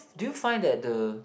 do you find that the